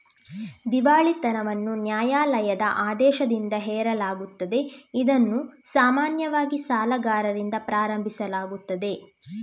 ದಿವಾಳಿತನವನ್ನು ನ್ಯಾಯಾಲಯದ ಆದೇಶದಿಂದ ಹೇರಲಾಗುತ್ತದೆ, ಇದನ್ನು ಸಾಮಾನ್ಯವಾಗಿ ಸಾಲಗಾರರಿಂದ ಪ್ರಾರಂಭಿಸಲಾಗುತ್ತದೆ